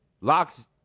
locks